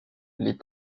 les